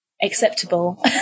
acceptable